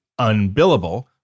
UNBILLABLE